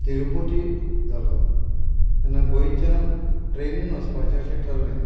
तिरुपती जालो तेन्ना गोंयच्यान ट्रेनीन वचपाचें अशें थारायलें